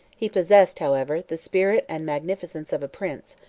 he possessed, however, the spirit and magnificence of a prince,